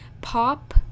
pop